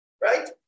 Right